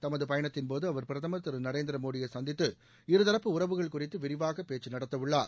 தமது பயணத்தின்போது அவர் பிரதமர் திரு நரேந்திர மோடியை சந்தித்து இருதரப்பு உறவுகள் குறித்து விரிவாக பேச்சு நடத்தவுள்ளார்